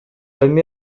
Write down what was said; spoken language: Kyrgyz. эми